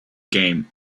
game